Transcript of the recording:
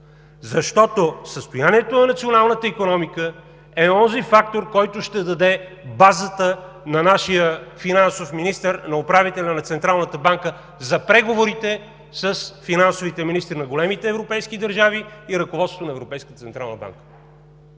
Защото състоянието на националната икономика е онзи фактор, който ще даде базата на нашия финансов министър, на управителя на Централната банка, за преговорите с финансовите министри на големите европейски държави и ръководството на Европейската централна банка.